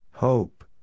Hope